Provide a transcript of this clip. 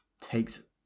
takes